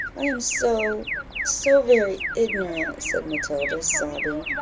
i am so so very ignorant, said matilda, sobbing.